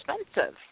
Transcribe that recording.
expensive